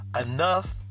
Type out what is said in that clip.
enough